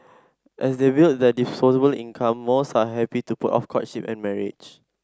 as they build their disposable income most are happy to put off courtship and marriage